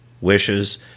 wishes